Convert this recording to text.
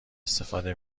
استفاده